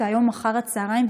היום אחר הצהריים,